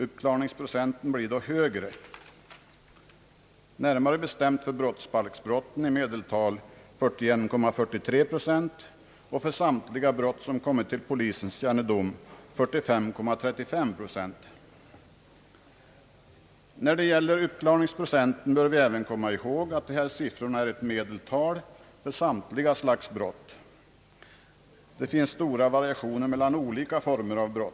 Uppklaringsprocenten blir då högre, närmare bestämt för brott mot brottsbalken i medeltal 41,43 procent och för samtliga brott som kommer till polisens kännedom 45,35 procent. När det gäller uppklaringsprocenten hör vi också komma ihåg att siffrorna anger ett medeltal för samtliga slags brott -— det finns ju stora variationer mellan olika former av brott.